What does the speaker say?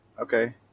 Okay